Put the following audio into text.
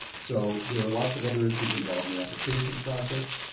so there are lots of other issues involved in the application process.